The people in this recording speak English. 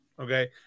Okay